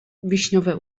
wiśniowe